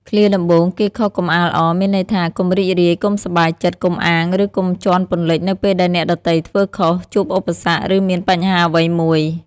ឃ្លាដំបូង "គេខុសកុំអាលអរ" មានន័យថា កុំរីករាយ កុំសប្បាយចិត្ត កុំអាង ឬកុំជាន់ពន្លិចនៅពេលដែលអ្នកដទៃធ្វើខុស ជួបឧបសគ្គ ឬមានបញ្ហាអ្វីមួយ។